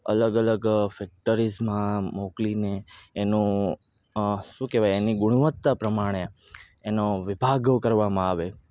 અલગ અલગ ફેક્ટરીઝમાં મોકલીને એનો શું કહેવાય એની ગુણવત્તા પ્રમાણે એનો વિભાગો કરવામાં આવે